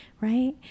Right